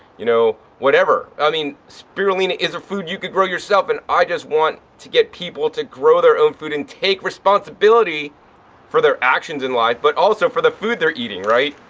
you know, whatever. i mean, spirulina is a food you could grow yourself. and i just want to get people people to grow their own food and take responsibility for their actions in life but also for the food they're eating, right.